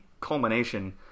culmination